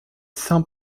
saint